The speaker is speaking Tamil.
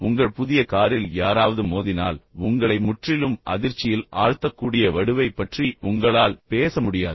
உங்கள் புதிய காரில் யாராவது மோதினால் உங்களை முற்றிலும் அதிர்ச்சியில் ஆழ்த்தக்கூடிய வடுவை பற்றி உங்களால் பேச முடியாது